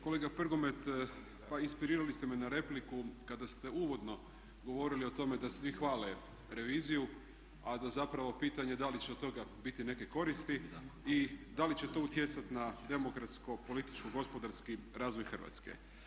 Kolega Prgomet pa inspirirali ste me na repliku kada ste uvodno govorili o tome da svi hvale reviziju, a da zapravo pitanje je da li će od toga biti neke koristi i da li će to utjecati na demokratsko političko gospodarski razvoj Hrvatske.